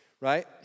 right